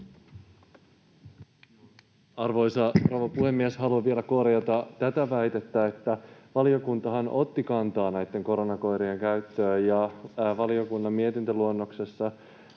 rouva puhemies! Haluan vielä korjata tätä väitettä. Valiokuntahan otti kantaa näitten koronakoirien käyttöön, ja valiokunnan mietintöluonnoksessa